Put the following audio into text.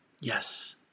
Yes